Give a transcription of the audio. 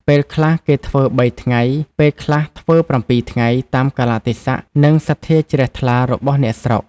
ពេលខ្លះ គេធ្វើ ៣ ថ្ងៃ ពេលខ្លះធ្វើ ៧ ថ្ងៃ តាមកាលៈទេសៈ និងសទ្ធាជ្រះថ្លារបស់អ្នកស្រុក ។